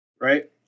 right